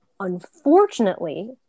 Unfortunately